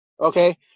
Okay